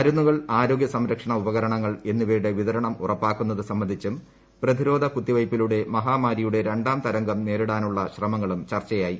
മരുന്നുകൾ ആരോഗ്യസംരക്ഷണ ഉപകരണങ്ങൾ എന്നിവയുടെ വിതരണം ഉറപ്പാക്കുന്നത് സംബന്ധിച്ചും പ്രതിരോധ കുത്തിവയ്പ്പിലൂടെ മഹാമാരിയുടെ രണ്ടാം തരംഗം നേരിടാനുളള ശ്രമങ്ങളും ചർച്ചയായി